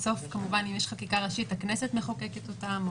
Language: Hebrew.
בסוף כמובן אם יש חקיקה ראשית הכנסת מחוקקת אותה,